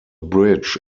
bridge